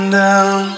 down